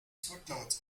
footnotes